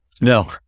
No